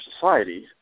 society